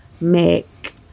make